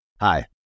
Hi